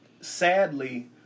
sadly